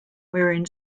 wherein